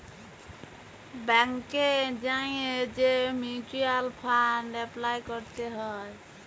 ব্যাংকে যাঁয়ে যে মিউচ্যুয়াল ফাল্ড এপলাই ক্যরতে হ্যয়